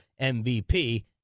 MVP